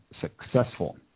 successful